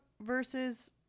versus